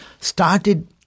started